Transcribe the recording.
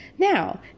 Now